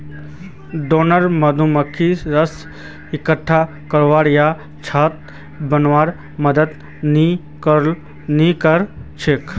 drone मधुमक्खी रस इक्कठा करवा या छत्ता बनव्वात मदद नइ कर छेक